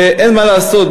שאין מה לעשות,